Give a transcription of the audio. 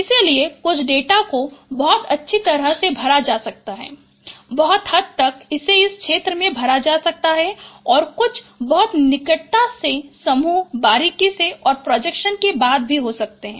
इसलिए कुछ डेटा को बहुत अच्छी तरह से भरा जा सकता है बहुत हद तक इसे एक क्षेत्र में भरा जा सकता है और कुछ बहुत निकटता से समूह बारीकी से और प्रोजेक्शन के बाद हो सकते हैं